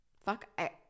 Fuck